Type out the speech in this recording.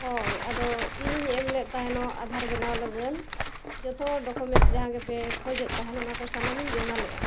ᱦᱳᱭ ᱟᱫᱚ ᱤᱧᱤᱧ ᱮᱢ ᱞᱮᱫ ᱛᱟᱦᱮᱱᱚᱜ ᱟᱫᱷᱟᱨ ᱵᱮᱱᱟᱣ ᱞᱟᱹᱜᱤᱫ ᱡᱷᱚᱛᱚ ᱰᱚᱠᱳᱢᱮᱱᱴᱥ ᱡᱟᱦᱟᱸ ᱜᱮᱯᱮ ᱠᱷᱚᱡᱮᱫ ᱛᱟᱦᱮᱱ ᱚᱱᱟ ᱠᱚ ᱥᱟᱱᱟᱢᱤᱧ ᱡᱚᱢᱟ ᱞᱮᱜᱼᱟ